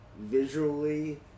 visually